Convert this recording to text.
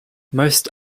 most